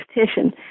petition